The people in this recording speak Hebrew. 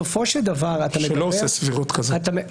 שלא עושה סבירות כזאת.